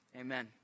amen